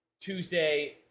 Tuesday